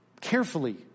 carefully